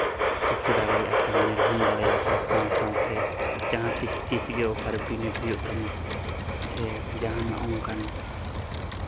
ᱪᱤᱠᱟᱹ ᱫᱟᱲᱮᱭᱟᱜᱼᱟ ᱥᱮ ᱧᱮᱞ ᱦᱚᱸᱢ ᱫᱟᱲᱮ ᱭᱟᱠᱚᱣᱟ ᱥᱟᱶ ᱥᱟᱶᱛᱮ ᱡᱟᱦᱟᱸ ᱛᱤᱥ ᱛᱤᱥ ᱜᱮ ᱚᱠᱟᱨᱮ ᱵᱤᱱᱤᱰ ᱦᱩᱭᱩᱜ ᱛᱟᱢᱟ ᱥᱮ ᱡᱟᱦᱟᱱᱟᱜ ᱚᱱᱠᱟᱱ